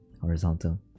horizontal